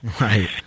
Right